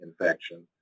infection